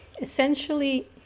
essentially